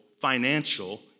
financial